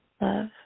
love